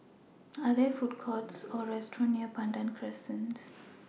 Are There Food Courts Or restaurants near Pandan Crescent